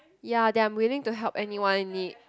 ya that I'm willing to help anyone need